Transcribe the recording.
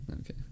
Okay